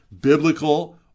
biblical